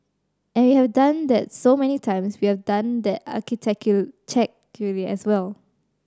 and we have done that so many times we have done that as well